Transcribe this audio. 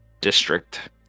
district